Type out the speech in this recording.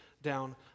Down